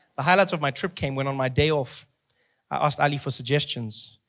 the highlight of my trip came when on my day off i asked ali for suggestions.